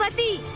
but the